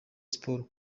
sports